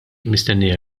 mistennija